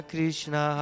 Krishna